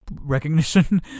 recognition